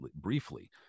briefly